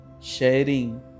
Sharing